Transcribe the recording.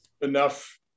enough